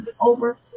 over